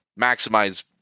maximize